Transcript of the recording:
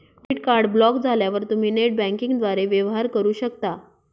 debit card block झाल्यावर तुम्ही net बँकिंगद्वारे वेवहार करू शकता